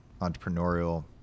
entrepreneurial